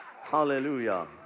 Hallelujah